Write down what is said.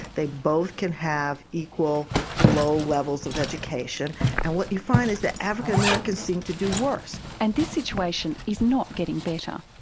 they both can have equal low levels of education and what you find is that african americans seem to do worse. and this situation is not getting better.